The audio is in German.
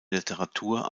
literatur